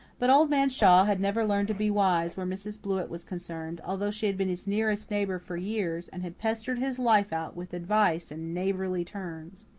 but old man shaw had never learned to be wise where mrs. blewett was concerned, although she had been his nearest neighbour for years, and had pestered his life out with advice and neighbourly turns.